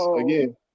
again